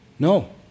No